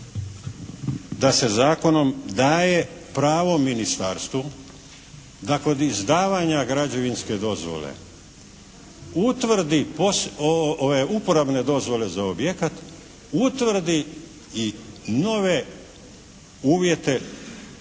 da se zakonom daje pravo ministarstvu da kod izdavanja građevinske dozvole, ovaj uporabne dozvole za objekat utvrdi i nove uvjete,